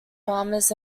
farmers